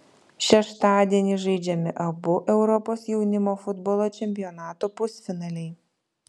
šeštadienį žaidžiami abu europos jaunimo futbolo čempionato pusfinaliai